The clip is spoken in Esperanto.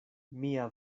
mia